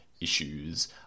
issues